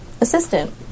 assistant